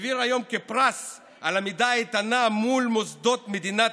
העביר היום כפרס על עמידה איתנה מול מוסדות מדינת